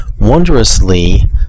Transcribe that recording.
wondrously